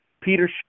Peter